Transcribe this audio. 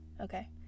okay